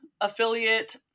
affiliate